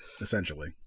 essentially